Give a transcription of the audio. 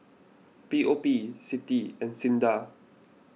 P O P Citi and Sinda